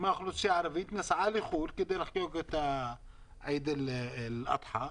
מהאוכלוסייה הערבית נסעה לחו"ל כדי לחגוג את עיד אל אדחא.